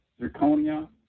zirconia